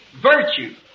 virtue